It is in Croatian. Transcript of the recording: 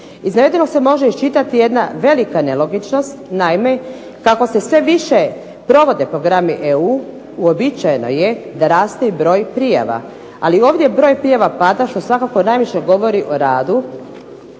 Iz navedenog se može iščitati jedna velika nelogičnost, naime kako se sve više provode programi EU uobičajeno je da raste i broj prijava. Ali ovdje broj prijava pada što svakako najviše govori o radu